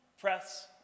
press